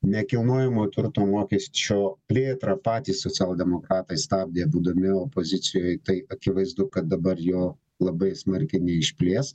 nekilnojamo turto mokesčio plėtrą patys socialdemokratai stabdė būdami opozicijoj tai akivaizdu kad dabar jo labai smarkiai neišplės